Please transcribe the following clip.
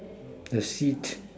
the seat